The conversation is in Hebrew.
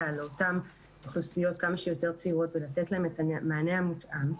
לאותן אוכלוסיות כמה שיותר צעירות ולתת להן את המענה המותאם.